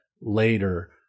later